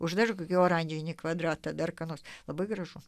už dar jo radijuje nei kvadratą darganos labai gražus